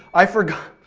i forgot,